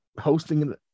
hosting